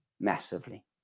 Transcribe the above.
massively